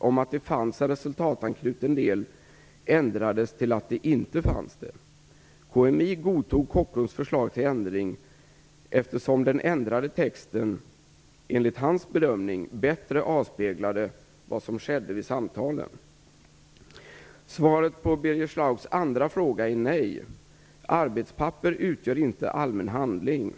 om att det fanns en resultatanknuten del ändrades till att det inte fanns det. KMI godtog Kockums förslag till ändring, eftersom den ändrade texten enligt hans bedömning bättre avspeglade vad som skedde vid samtalen. Svaret på Birger Schlaugs andra fråga är nej. Arbetspapper utgör inte allmän handling.